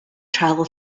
travel